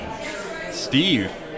Steve